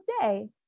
day